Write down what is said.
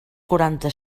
quaranta